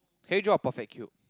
can you draw a perfect cube